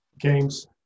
games